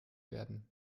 werden